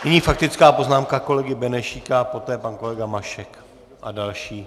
Nyní faktická poznámka kolegy Benešíka, poté pan kolega Mašek a další tři.